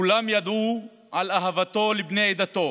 כולם ידעו על אהבתו לבני עדתו,